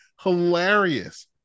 hilarious